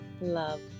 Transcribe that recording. love